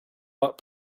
what